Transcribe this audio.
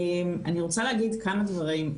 אני רוצה להגיד כמה דברים.